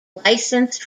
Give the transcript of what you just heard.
licensed